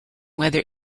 whether